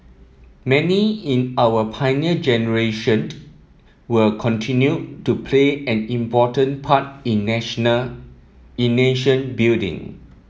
many in our Pioneer Generation will continue to play an important part in national in nation building